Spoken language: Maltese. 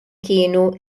kienu